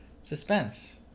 suspense